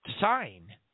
sign